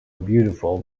beautiful